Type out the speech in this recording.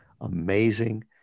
amazing